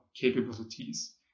capabilities